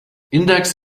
index